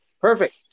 Perfect